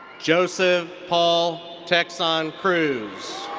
joseph paul tecson cruz.